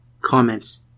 Comments